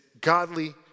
godly